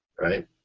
right